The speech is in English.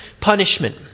punishment